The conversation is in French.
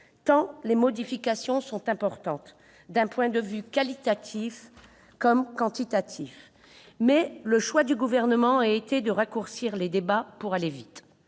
tant les modifications sont importantes, d'un point de vue qualitatif comme quantitatif. Mais le choix du Gouvernement a été de raccourcir les débats pour aller vite.